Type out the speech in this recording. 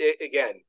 again